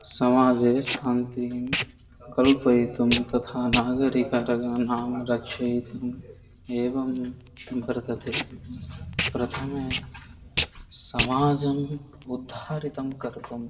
समाजे शान्तिं कल्पयितुं तथा नागरिकघटनाभ्यः रक्षयितुम् एवं वर्तते प्रथमं समाजस्य उद्धारणं कर्तुं